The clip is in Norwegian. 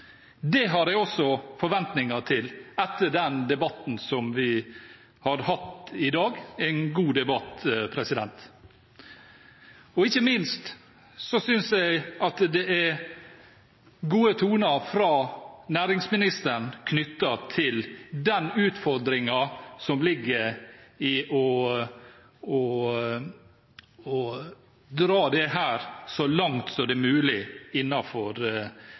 Det har jeg også forventninger til etter den debatten som vi har hatt i dag – en god debatt. Ikke minst synes jeg at det er gode toner fra næringsministeren knyttet til den utfordringen som ligger i å dra dette så langt som mulig